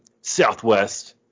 southwest